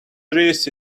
trees